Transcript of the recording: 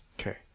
Okay